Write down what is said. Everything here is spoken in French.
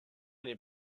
n’est